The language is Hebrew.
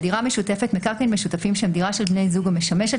"דירה משותפת" מקרקעין משותפים שהם דירה של בני זוג המשמשת